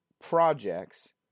projects